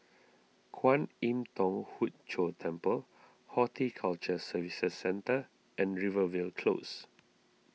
Kwan Im Thong Hood Cho Temple Horticulture Services Centre and Rivervale Close